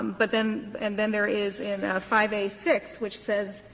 um but then and then there is in five a six, which says,